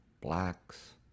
blacks